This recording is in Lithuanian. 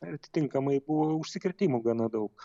atitinkamai buvo užsikirtimų gana daug